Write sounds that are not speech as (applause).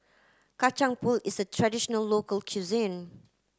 Kacang Pool is a traditional local (unintelligible)